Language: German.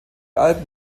alben